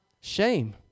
shame